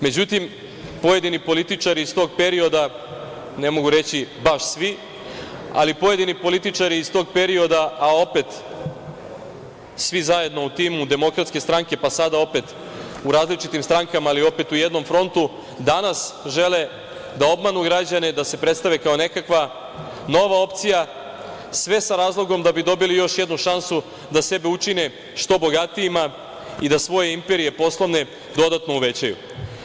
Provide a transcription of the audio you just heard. Međutim, pojedini političari iz tog perioda, ne mogu reći baš svi, ali pojedini političari iz tog perioda, a opet svi zajedno u timu DS, pa sada opet u različitim strankama, ali opet u jednom frontu danas žele da obmanu građane da se predstave kao nekakva nova opcija, sve sa razlogom da bi dobili još jednu šansu da sebe učine što bogatijima i da svoje poslovne imperije dodatno uvećaju.